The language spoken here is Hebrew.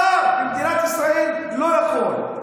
שר במדינת ישראל לא יכול.